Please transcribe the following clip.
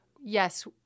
yes